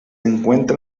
encuentra